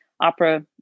opera